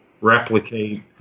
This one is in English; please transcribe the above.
replicate